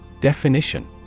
Definition